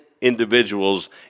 individuals